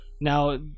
Now